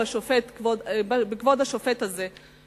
בכבוד השופט הזה,